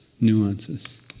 nuances